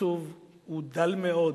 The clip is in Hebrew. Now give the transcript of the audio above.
התקצוב שם הוא דל מאוד,